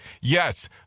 yes